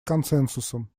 консенсусом